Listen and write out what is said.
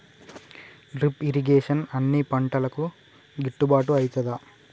Drip irrigation అన్ని పంటలకు గిట్టుబాటు ఐతదా?